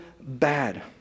bad